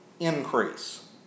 Increase